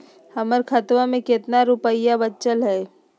हमर खतवा मे कितना रूपयवा बचल हई?